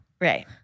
right